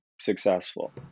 successful